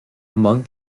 among